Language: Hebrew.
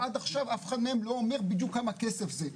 עד עכשיו אף אחד מהם לא אומר בדיוק כמה כסף זה.